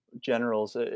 generals